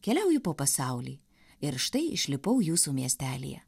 keliauju po pasaulį ir štai išlipau jūsų miestelyje